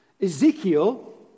Ezekiel